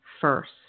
first